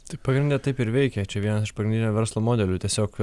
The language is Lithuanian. tai pagrinde taip ir veikia čia viena iš pagrindinių verslo modelių tiesiog